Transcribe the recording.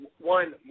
one